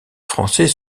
français